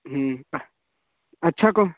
हम्म अच्छा को